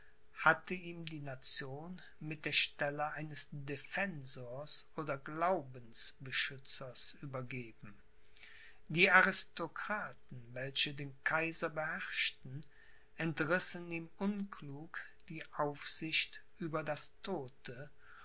hatte ihm die nation mit der stelle eines defensors oder glaubensbeschützers übergeben die aristokraten welche den kaiser beherrschten entrissen ihm unklug die aufsicht über das todte